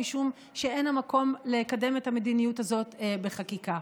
משום שאין המקום לקדם את המדיניות הזאת בחקיקה.